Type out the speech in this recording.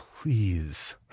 please